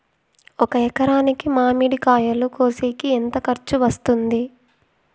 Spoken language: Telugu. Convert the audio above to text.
ఒక ఎకరాకి మామిడి కాయలు కోసేకి ఎంత ఖర్చు వస్తుంది?